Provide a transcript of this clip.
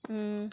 हं